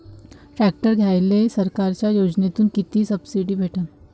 Tractor घ्यायले सरकारच्या योजनेतून किती सबसिडी भेटन?